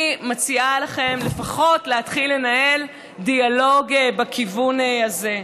אני מציעה לכם לפחות להתחיל לנהל דיאלוג בכיוון הזה.